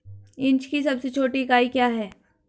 Inch की सबसे छोटी इकाई क्या है?